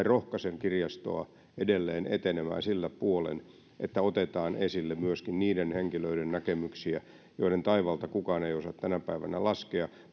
rohkaisen kirjastoa edelleen etenemään sillä puolen että otetaan esille myöskin niiden henkilöiden näkemyksiä joiden taivalta kukaan ei osaa tänä päivänä laskea